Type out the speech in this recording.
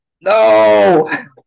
No